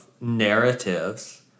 narratives